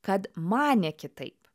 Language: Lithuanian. kad manė kitaip